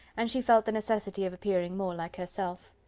and she felt the necessity of appearing more like herself.